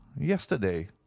yesterday